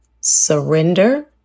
surrender